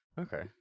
Okay